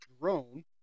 drone